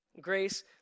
Grace